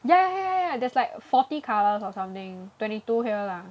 ya ya ya ya there's like forty colors or something twenty two here lah